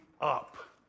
up